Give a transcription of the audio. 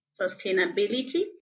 Sustainability